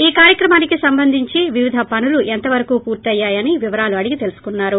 ఈ కార్యక్రమానికి సంబంధించి వివిధ పనులు ఎంతవరకు పూర్తయ్యాయని వివరాలు అడిగి తెలుసుకున్నారు